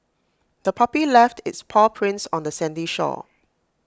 the puppy left its paw prints on the sandy shore